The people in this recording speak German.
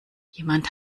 jemand